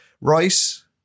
rice